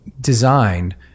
designed